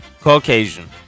Caucasian